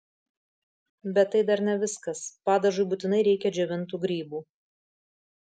bet tai dar ne viskas padažui būtinai reikia džiovintų grybų